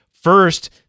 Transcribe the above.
first